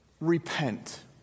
Repent